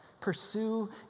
pursue